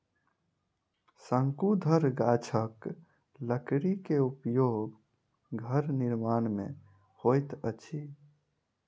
शंकुधर गाछक लकड़ी के उपयोग घर निर्माण में होइत अछि